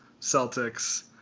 Celtics